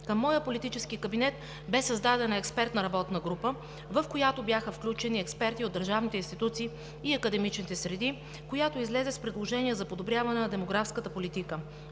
Към моя политически кабинет бе създадена експертна работна група, в която бяха включени експерти от държавните институции и академичните среди, която излезе с предложение за подобряване на демографската политика.